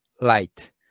light